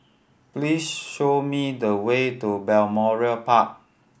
please show me the way to Balmoral Park